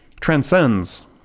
transcends